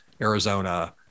Arizona